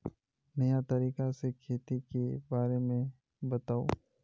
नया तरीका से खेती के बारे में बताऊं?